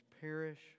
perish